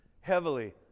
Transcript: heavily